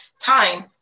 time